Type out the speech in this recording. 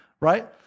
right